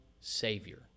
Savior